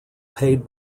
paid